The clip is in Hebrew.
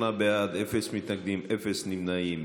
28 בעד, אין מתנגדים ואין נמנעים.